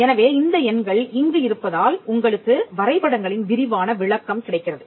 எனவே இந்த எண்கள் இங்கு இருப்பதால் உங்களக்கு வரைபடங்களின் விரிவான விளக்கம் கிடைக்கிறது